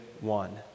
one